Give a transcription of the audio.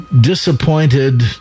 disappointed